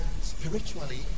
spiritually